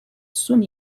sony